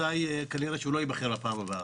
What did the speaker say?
כנראה שהוא לא ייבחר בפעם הבאה.